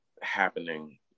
happening